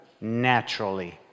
naturally